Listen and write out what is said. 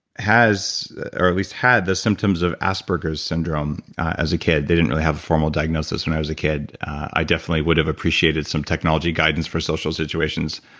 has or at least had the symptoms of asperger's syndrome as a kid, they didn't really have a formal diagnosis when i was a kid. i definitely would have appreciated some technology guidance for social situations,